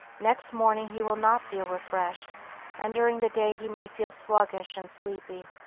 next morning he will not feel refreshed and during the day he may feel sluggish and sleepy.